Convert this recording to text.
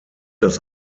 das